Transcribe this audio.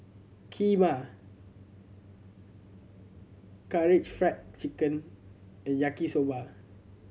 Kheema Karaage Fried Chicken and Yaki Soba